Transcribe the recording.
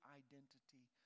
identity